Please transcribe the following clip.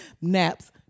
naps